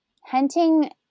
Hunting